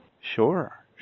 Sure